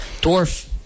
dwarf